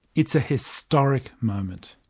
it's a historic moment.